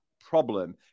problem